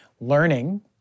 learning